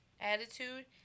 attitude